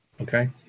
Okay